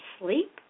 sleep